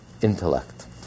intellect